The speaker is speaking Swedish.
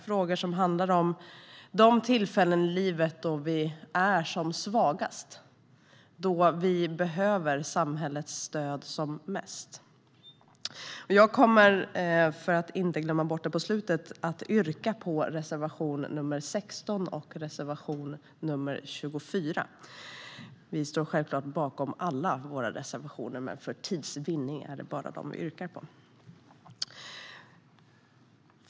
Frågorna handlar om de tillfällen i livet då vi är som svagast, då vi behöver samhällets stöd som mest. För att inte glömma bort det i slutet av mitt anförande yrkar jag bifall till reservation nr 16 och reservation nr 24. Men vi står självklart bakom alla våra reservationer, men för tids vinnande yrkar jag bifall bara till reservationerna 16 och 18.